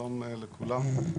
שלום לכולם.